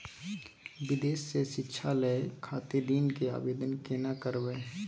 विदेश से शिक्षा लय खातिर ऋण के आवदेन केना करबे?